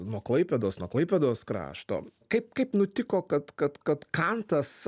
nuo klaipėdos nuo klaipėdos krašto kaip kaip nutiko kad kad kad kantas